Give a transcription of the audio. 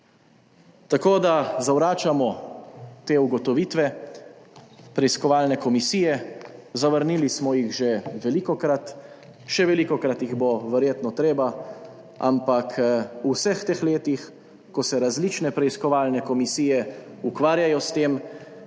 Tako da zavračamo te ugotovitve preiskovalne komisije, zavrnili smo jih že velikokrat, še velikokrat jih bo verjetno treba. V vseh teh letih, ko se različne preiskovalne komisije ukvarjajo s tem,